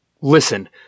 Listen